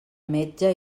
metge